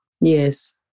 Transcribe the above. Yes